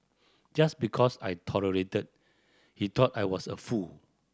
just because I tolerated he thought I was a fool